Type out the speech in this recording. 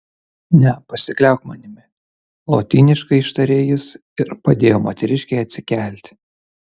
ne pasikliauk manimi lotyniškai ištarė jis ir padėjo moteriškei atsikelti